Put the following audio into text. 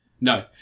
No